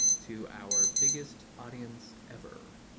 to our biggest audience ever.